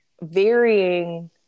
varying